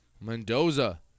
Mendoza